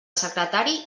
secretari